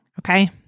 Okay